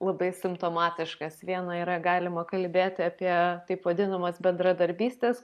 labai simptomatiškas viena yra galima kalbėti apie taip vadinamas bendradarbystės